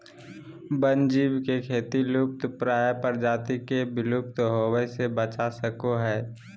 वन्य जीव के खेती लुप्तप्राय प्रजाति के विलुप्त होवय से बचा सको हइ